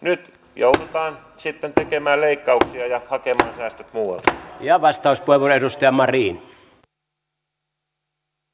nyt joudutaan sitten tekemään leikkauksia ja hakemaan ne säästöt muualta